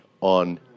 on